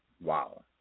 Wow